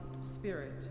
spirit